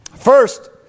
First